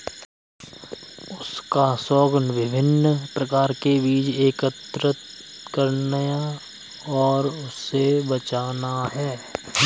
उसका शौक विभिन्न प्रकार के बीज एकत्र करना और उसे बचाना है